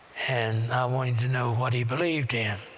and i wanted to know what he believed in.